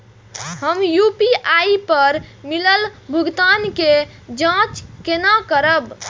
हम यू.पी.आई पर मिलल भुगतान के जाँच केना करब?